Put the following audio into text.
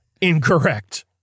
incorrect